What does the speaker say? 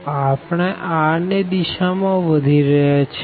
તો આપણે r ની દિશા માં વધી રહ્યા છે